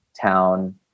town